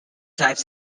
type